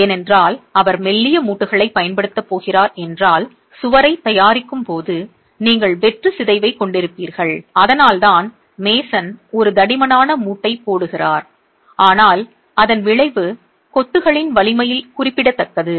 ஏனென்றால் அவர் மெல்லிய மூட்டுகளைப் பயன்படுத்தப் போகிறார் என்றால் சுவரைத் தயாரிக்கும் போது நீங்கள் வெற்று சிதைவைக் கொண்டிருப்பீர்கள் அதனால்தான் மேசன் ஒரு தடிமனான மூட்டைப் போடுகிறார் ஆனால் அதன் விளைவு கொத்துகளின் வலிமையில் குறிப்பிடத்தக்கது